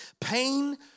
pain